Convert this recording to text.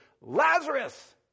Lazarus